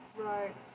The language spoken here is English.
Right